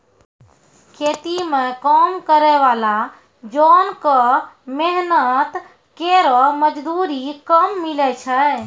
खेती म काम करै वाला जोन क मेहनत केरो मजदूरी कम मिलै छै